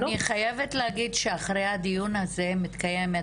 אני חייבת להגיד שאחרי הדיון הזה מתקיימת